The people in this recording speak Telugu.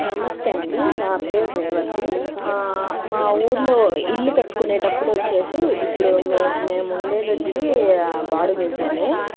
నమస్తే అండి నా పేరు రేవతి మా ఊర్లో ఇల్లు కట్టుకునేటప్పుడు వచ్చేసి ఇప్పుడు మేము మేము ఉండేది వచ్చి బాడుగ ఇంట్లోనే